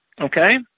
Okay